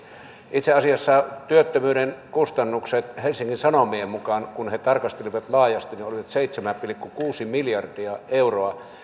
itse asiassa työttömyyden kustannukset helsingin sanomien mukaan kun he tarkastelivat laajasti olivat seitsemän pilkku kuusi miljardia euroa